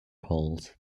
polls